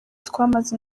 twamaze